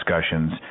discussions